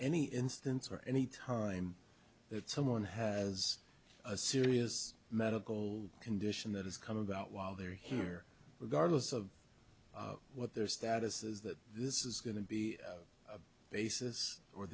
any instance or any time that someone has a serious medical condition that has come about while they're here regardless of what their status is that this is going to be a basis for